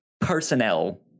personnel